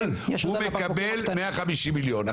אבל הוא מקבל 150 מיליון.